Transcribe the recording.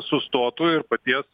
sustotų ir paties